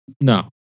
No